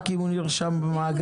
רק אם הוא נרשם במאגר.